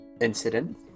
Incident